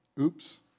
Oops